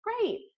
great